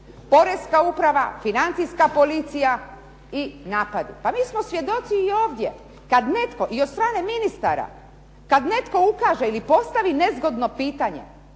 poreska uprava, financijska policija i napad. Pa mi smo svjedoci i ovdje kad netko i od strane ministara, kad netko ukaže ili postavi nezgodno pitanje